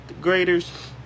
grader's